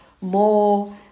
more